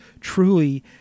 truly